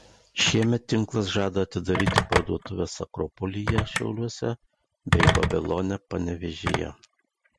šiemet tinklas žada atidaryti parduotuves akropolyje šiauliuose bei babilone panevėžyje